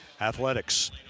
Athletics